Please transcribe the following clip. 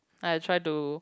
then I try to